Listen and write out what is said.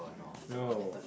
no